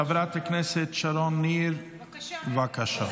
חברת הכנסת שרון ניר, בבקשה.